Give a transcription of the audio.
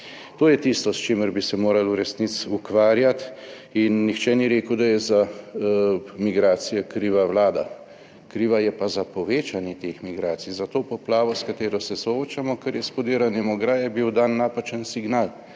To je tisto, s čimer bi se morali v resnici ukvarjati. In nihče ni rekel, da je za migracije kriva Vlada, kriva je pa za povečanje teh migracij, za to poplavo, s katero se soočamo, ker je s podiranjem ograje bil dan napačen signal